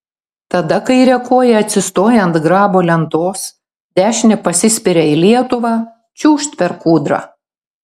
tada kaire koja atsistoja ant grabo lentos dešine pasispiria į lietuvą čiūžt per kūdrą